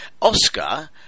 Oscar